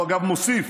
הוא אגב מוסיף,